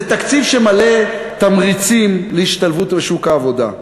זה תקציב מלא תמריצים להשתלבות בשוק העבודה.